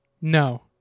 No